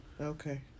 Okay